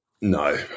No